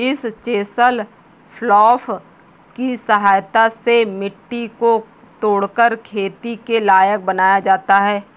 इस chisel plough की सहायता से मिट्टी को कोड़कर खेती के लायक बनाया जाता है